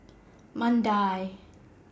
Mandai